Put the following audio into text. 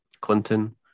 Clinton